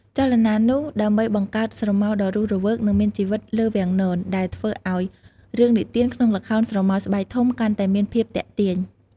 ចលនានោះ ដើម្បីបង្កើតស្រមោលដ៏រស់រវើក និងមានជីវិតលើវាំងនន ដែលធ្វើឲ្យរឿងនិទានក្នុងល្ខោនស្រមោលស្បែកធំកាន់តែមានភាពទាក់ទាញ។